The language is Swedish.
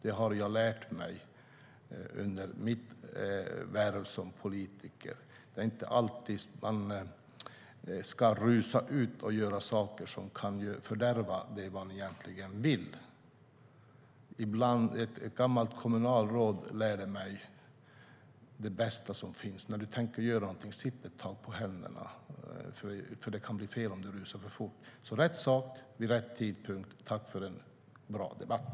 Det har jag lärt mig under mitt värv som politiker. Det är inte alltid man ska rusa ut och göra saker som kan fördärva det man egentligen vill. Ett gammalt kommunalråd lärde mig att det bästa som finns när man tänker göra något är att sitta ett tag på händerna, för det kan bli fel om man rusar för fort. Alltså: rätt sak vid rätt tidpunkt. Tack för en bra debatt!